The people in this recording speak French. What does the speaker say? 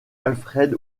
alfred